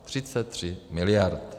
33 miliard.